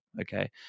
okay